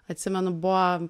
atsimenu buvo